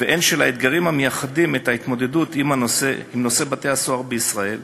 והן של האתגרים המייחדים את ההתמודדות עם נושא בתי-הסוהר בישראל,